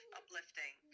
uplifting